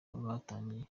batangiye